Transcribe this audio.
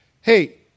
Hey